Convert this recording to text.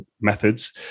methods